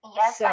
yes